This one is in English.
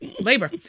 labor